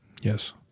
Yes